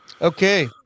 Okay